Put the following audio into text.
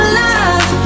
love